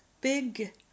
big